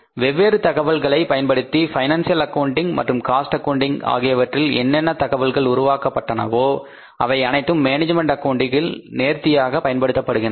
வெவ்வேறு தகவல்களை பயன்படுத்தி பைனான்சியல் அக்கவுண்டிங் மற்றும் காஸ்ட் அக்கவுன்டிங் ஆகியவற்றில் என்னென்ன தகவல்கள் உருவாக்கப்பட்டனவோ அவை அனைத்தும் மேனேஜ்மெண்ட் அக்கவுண்டில் நேர்த்தியாக பயன்படுத்தப்படுகின்றன